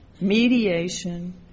mediation